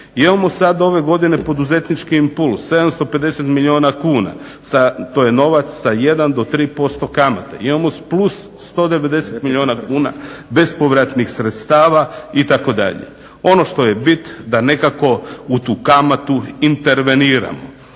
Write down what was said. Imamo sad ove godine poduzetnički impuls 750 milijuna kuna. To je novac sa 1 do 3% kamate. Imamo plus 190 milijuna kuna bespovratnih sredstava itd. Ono što je bit da nekako u tu kamatu interveniramo.